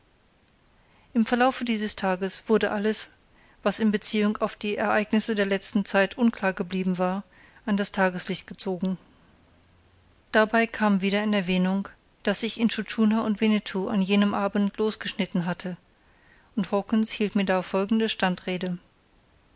im verlaufe dieses tages wurde alles was in beziehung auf die ereignisse der letzten zeit unklar geblieben war an das tageslicht gezogen dabei kam wieder in erwähnung daß ich intschu tschuna und winnetou an jenem abend losgeschnitten hatte und hawkens hielt mir da die folgende